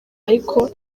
ariko